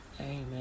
amen